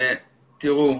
תראו,